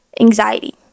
anxiety